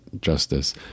justice